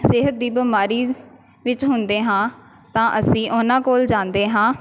ਸਿਹਤ ਦੀ ਬਿਮਾਰੀ ਵਿੱਚ ਹੁੰਦੇ ਹਾਂ ਤਾਂ ਅਸੀਂ ਉਹਨਾਂ ਕੋਲ ਜਾਂਦੇ ਹਾਂ